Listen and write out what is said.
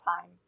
time